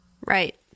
Right